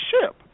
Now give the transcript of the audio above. ship